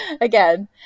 again